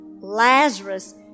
Lazarus